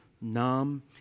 numb